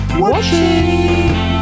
watching